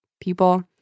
people